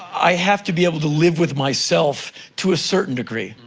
i have to be able to live with myself to a certain degree.